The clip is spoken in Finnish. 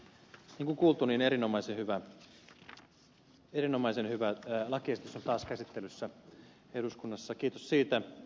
niin kuin on kuultu erinomaisen hyvä lakiesitys on taas käsittelyssä eduskunnassa kiitos siitä